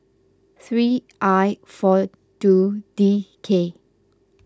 three I four two D K